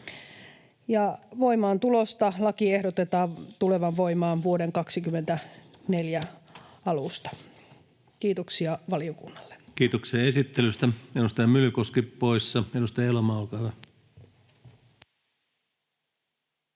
Voimaantulosta: lain ehdotetaan tulevan voimaan vuoden 24 alusta. — Kiitoksia valiokunnalle. Kiitoksia esittelystä. — Edustaja Myllykoski poissa. — Edustaja Elomaa, olkaa hyvä.